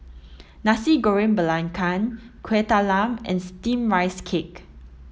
Nasi Goreng Belacan Kueh Talam and steamed rice cake